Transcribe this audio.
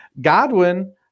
Godwin